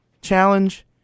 challenge